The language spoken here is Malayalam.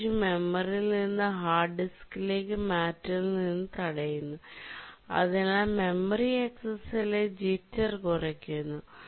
പേജ് മെമ്മറിയിൽmemory0 നിന്ന് ഹാർഡ് ഡിസ്കിലേക്ക് മാറ്റുന്നതിൽ നിന്ന് ഇത് തടയുന്നു അതിനാൽ മെമ്മറി ആക്സിസിലെ ജിറ്റർ കുറയ്ക്കുന്നു